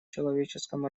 человеческом